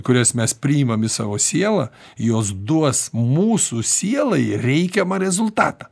kurias mes priimam į savo sielą jos duos mūsų sielai reikiamą rezultatą